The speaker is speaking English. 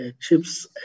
chips